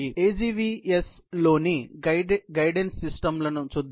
AGVS లోని guidance system లను చూద్దాం